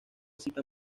cita